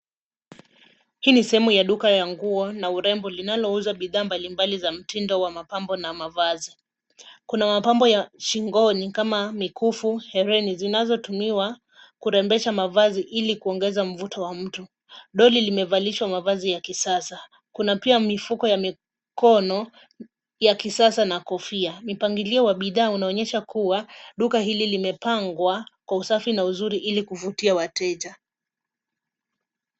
Hii ni sehemu ya duka ya nguo na urembo linalouza bidhaa mbalimbali za mtindo wa mapambo na mavazi. Kuna mapambo ya shingoni kama mikufu, herini zinazotumiwa kurembesha mavazi ili kuongeza mvuto wa mtu. Doli limevalishwa mavazi ya kisasa. Kuna pia mifuko ya mikono ya kisasa na kofia. Mipangilio wa bidhaa zinaonyesha kuwa duka hili limepangwa kwa usafi na uzuri ili kuvutia wateja.